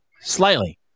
Slightly